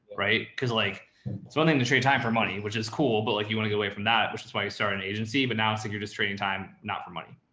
right? cause like it's one thing to trade time for money, which is cool. but like you want to go it from that, which is why you started an agency, but now it's like, you're just trading time, not for money.